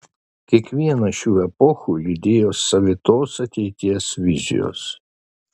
kiekvieną šių epochų lydėjo savitos ateities vizijos